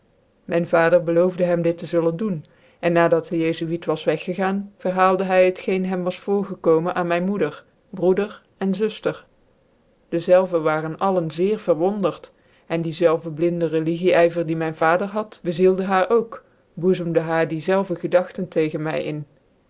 mijn vader beloofde hem dit te zullen doen en na dat de jcfuit was weggegaan verhaalde hv het geen hem was voorgekomen aan myn moeder broeder en zuftcr dezelve waren alle zeer verwondert en die zelve blinde rcligie yver die mijn vader had bezielde haar ook boezemde haar die zelve gedachten tegens my in